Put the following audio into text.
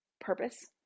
purpose